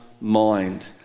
mind